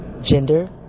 gender